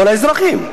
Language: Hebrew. כל האזרחים.